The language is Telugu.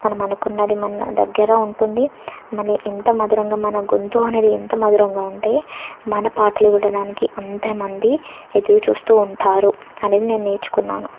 మనం అనుకున్నది మన దగ్గర ఉంటుంది మళ్ళీ ఎంత మధురంగా మన గొంతు అనేది ఎంత మధురంగా ఉంటే మన పాటలు వినడానికి అంత మంది ఎదురు చూస్తూ ఉంటారు అనేది నేను నేర్చుకున్నాను